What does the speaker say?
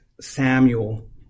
Samuel